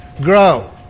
grow